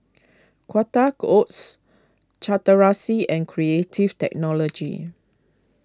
Quaker Oats Chateraise and Creative Technology